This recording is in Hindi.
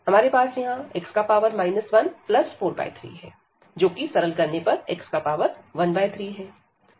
हमारे पास x 143 है जोकि सरल करने पर x13 है